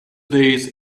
days